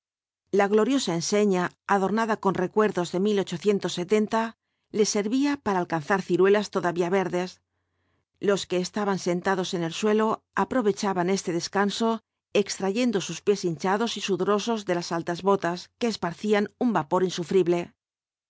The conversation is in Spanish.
la gloriosa enseña adornada con recuerdos de le servía para alcanzar ciruelas todavía verdes los que estaban sentados en el suelo aprovechaban este descanso extrayendo sus pies hinchados y sudorosos de las altas botas que esparcían un vapor insufrible